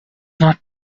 not